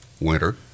winter